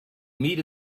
meet